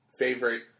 Favorite